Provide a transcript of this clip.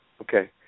Okay